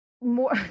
more